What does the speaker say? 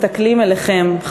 מסתכלים עליכם,